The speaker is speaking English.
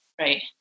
right